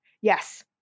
Yes